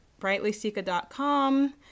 brightlyseeka.com